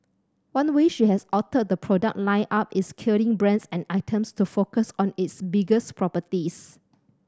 one way she has altered the product lineup is killing brands and items to focus on its biggest properties